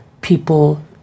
people